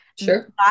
Sure